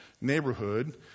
neighborhood